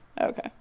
okay